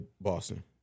boston